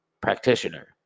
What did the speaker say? practitioner